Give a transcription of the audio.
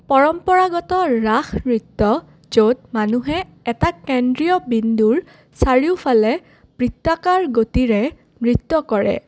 পৰম্পৰাগত ৰাস নৃত্য য'ত মানুহে এটা কেন্দ্ৰীয় বিন্দুৰ চাৰিওফালে বৃত্তাকাৰ গতিৰে নৃত্য কৰে